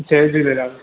Jay Jhulelal